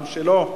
גם שלו,